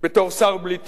בתור שר בלי תיק,